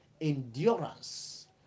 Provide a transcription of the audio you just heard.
Endurance